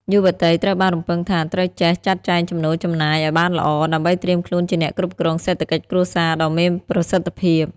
យុវតីត្រូវបានរំពឹងថា ត្រូវចេះ "ចាត់ចែងចំណូលចំណាយ" ឱ្យបានល្អ ដើម្បីត្រៀមខ្លួនជាអ្នកគ្រប់គ្រងសេដ្ឋកិច្ចគ្រួសារដ៏មានប្រសិទ្ធភាព។